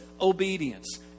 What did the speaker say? obedience